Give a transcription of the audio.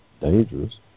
dangerous